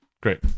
Great